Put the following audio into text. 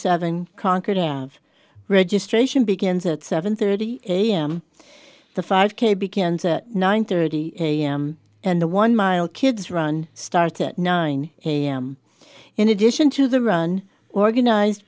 seven concord have registration begins at seven thirty am the five k begins at nine thirty am and the one mile kids run starts at nine am in addition to the run organized